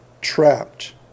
trapped